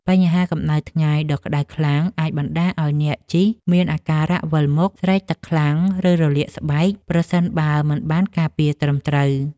បញ្ហាកម្ដៅថ្ងៃដ៏ក្ដៅខ្លាំងអាចបណ្ដាលឱ្យអ្នកជិះមានអាការៈវិលមុខ ស្រេកទឹកខ្លាំង ឬរលាកស្បែក ប្រសិនបើមិនបានការពារត្រឹមត្រូវ។